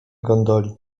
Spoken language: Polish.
gondoli